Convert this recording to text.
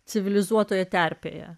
civilizuotoje terpėje